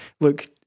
look